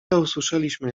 usłyszeliśmy